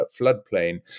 floodplain